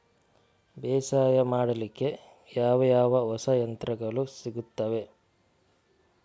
ಬೇಸಾಯ ಮಾಡಲಿಕ್ಕೆ ಯಾವ ಯಾವ ಹೊಸ ಯಂತ್ರಗಳು ಸಿಗುತ್ತವೆ?